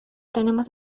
tenemos